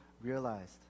realized